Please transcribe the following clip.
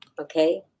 Okay